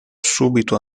subito